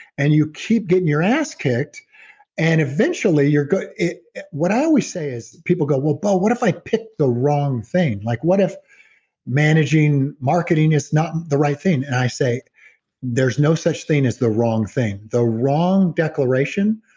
and you keep getting your ass kicked and eventually you're good. what i always say is people go, well, bo what if i picked the wrong thing? like what if managing marketing is not the right thing? and i say there's no such thing as the wrong thing, the wrong declaration,